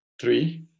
Three